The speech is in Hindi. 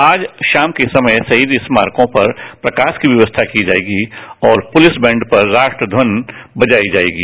आज शाम के समय शहीद स्मारकों पर प्रकाश की व्यवस्था की जोएगी और पुलिस बैंड पर राष्ट्रधन बजाई जायेगी